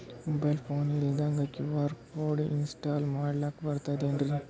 Mobile phone ಇಲ್ದಂಗ QR code install ಮಾಡ್ಲಕ ಬರ್ತದೇನ್ರಿ?